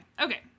Okay